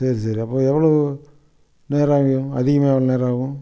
சரி சரி அப்போ எவ்வளோ நேரம் ஆகும் அதிகமாக எவ்வளோ நேரம் ஆகும்